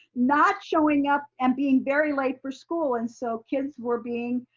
not showing up and being very late for school. and so kids were being,